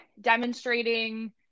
demonstrating